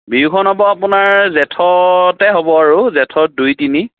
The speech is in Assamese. বিহুখন হ'ব আপোনাৰ জেঠতে হ'ব আৰু জেঠত দুই তিনি